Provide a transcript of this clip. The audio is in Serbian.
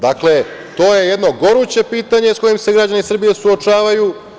Dakle, to je jedno goruće pitanje sa kojim se građani Srbije suočavaju.